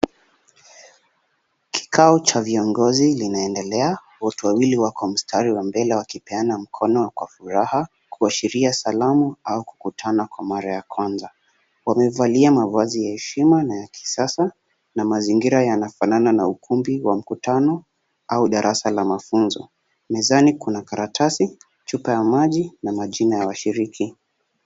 Kikao cha viongozi linaendelea, watu wawili wako mstari wa mbele wakipeana mkono kwa furaha kuashiria salamu au kukutana kwa mara ya kwanza. Wamevalia mavazi ya heshima na ya kisasa na mazingira yanafanana na ukumbi wa makutano au darasa la mafunzo. mezani kuna karatasi, chupa ya maji na majina ya washiriki.